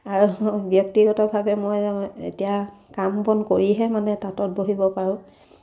আৰু ব্যক্তিগতভাৱে মই এতিয়া কাম বন কৰিহে মানে তাঁতত বহিব পাৰোঁ